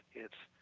it's